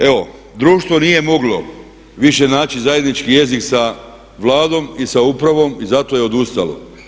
Evo, drugo nije moglo više naći zajednički jezik sa Vladom i sa upravom i zato je odustalo.